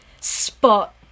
spot